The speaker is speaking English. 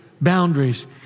Boundaries